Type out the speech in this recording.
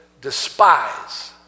despise